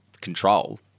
control